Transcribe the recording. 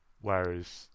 whereas